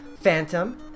Phantom